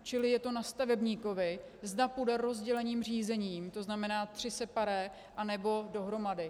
Čili je to na stavebníkovi, zda půjde rozděleným řízením, to znamená tři separé, anebo dohromady.